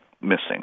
missing